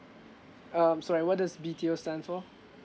um sorry what does B_T_O stands for